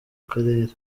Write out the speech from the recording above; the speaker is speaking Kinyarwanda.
karere